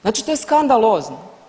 Znači to je skandalozno.